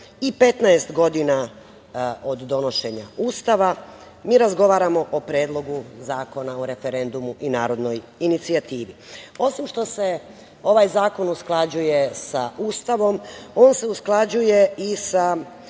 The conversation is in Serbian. i 15 godina od donošenja Ustava mi razgovaramo o Predlogu zakona o referendumu i narodnoj inicijativi. Osim što se ovaj zakon usklađuje sa Ustavom, on se usklađuje i sa